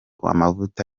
amavuta